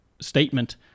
statement